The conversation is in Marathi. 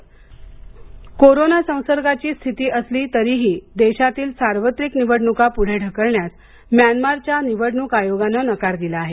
म्यानमार निवडणक कोरोना संसर्गाची स्थिती असली तरीही देशातील सार्वत्रिक निवडणूक पुढे ढकलण्यास म्यानमारच्या निवडणूक आयोगानं नकार दिला आहे